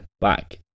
back